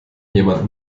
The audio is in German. jemand